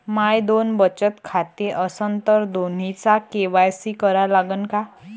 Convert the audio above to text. माये दोन बचत खाते असन तर दोन्हीचा के.वाय.सी करा लागन का?